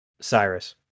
Cyrus